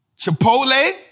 Chipotle